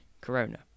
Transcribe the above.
Corona